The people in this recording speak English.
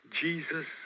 Jesus